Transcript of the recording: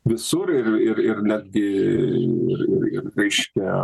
visur ir ir netgi ir ir ir reiškia